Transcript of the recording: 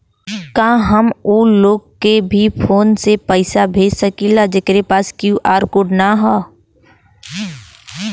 का हम ऊ लोग के भी फोन से पैसा भेज सकीला जेकरे पास क्यू.आर कोड न होई?